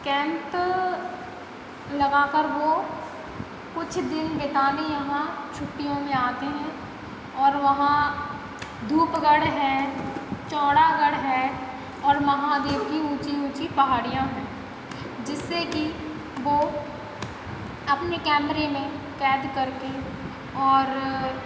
camp लगा कर वो कुछ दिन बिताने यहाँ छुट्टियों में आते हैं और वहाँ धूपगढ़ है चौड़ागढ़ है और महादेव की ऊँची ऊँची पहाड़ियाँ हैं जिससे कि वो अपने कैमरे में कैद करके और